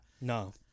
No